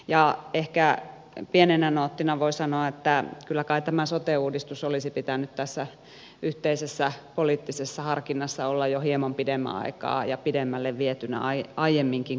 ja ehkä pienenä noottina voi sanoa että kyllä kai tämä sote uudistus olisi pitänyt tässä yhteisessä poliittisessa harkinnassa olla jo hieman pidemmän aikaa ja pidemmälle vietynä aiemminkin kuin nyt